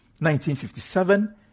1957